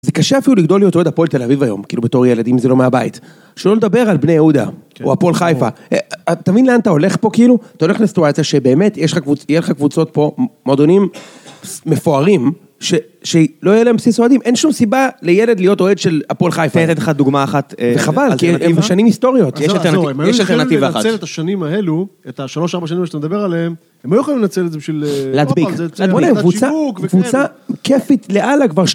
זה קשה אפילו לגדול להיות אוהד מכבי תל אביב היום, כאילו בתור ילד, אם זה לא מהבית. שלא לדבר על בני יהודה, או הפועל חיפה. אתה מבין לאן אתה הולך פה כאילו? אתה הולך לסיטואציה שבאמת יש לך קבוצות, יהיה לך קבוצות פה, מועדונים מפוארים, שלא יהיו להם בסיס אוהדים, אין שום סיבה לילד להיות אוהד של מכבי חיפה. תהיה לדרך לדוגמה אחת. וחבל, כי הם בשנים היסטוריות, יש לכם נתיב אחד. נצל את השנים האלו, את השלוש-ארבע שנים שאתה מדבר עליהם, הם לא יוכלו לנצל את זה בשביל... להדביק, להדביק. קבוצה כיפית לעלה כבר שנים.